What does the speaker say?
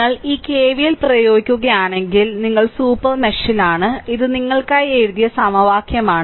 നിങ്ങൾ ഈ KVL പ്രയോഗിക്കുകയാണെങ്കിൽ നിങ്ങൾ സൂപ്പർ മെഷിലാണ് ഇത് നിങ്ങൾക്കായി എഴുതിയ സമവാക്യമാണ്